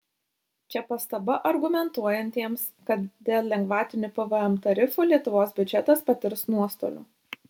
čia pastaba argumentuojantiems kad dėl lengvatinių pvm tarifų lietuvos biudžetas patirs nuostolių